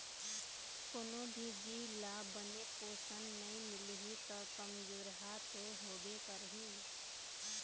कोनो भी जीव ल बने पोषन नइ मिलही त कमजोरहा तो होबे करही